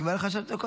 נגמרו לך שלוש הדקות.